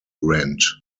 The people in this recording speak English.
rent